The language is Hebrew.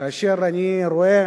כאשר אני רואה